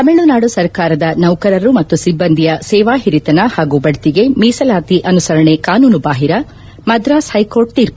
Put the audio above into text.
ತಮಿಳುನಾಡು ಸರ್ಕಾರದ ನೌಕರರು ಮತ್ತು ಸಿಬ್ಲಂದಿಯ ಸೇವಾ ಹಿರಿತನ ಮತ್ತು ಬಡ್ಡಿಗೆ ಮೀಸಲಾತಿ ಅನುಸರಣೆ ಕಾನೂನುಬಾಹಿರ ಮದ್ರಾಸ್ ಹೈಕೋರ್ಟ್ ತೀರ್ಮ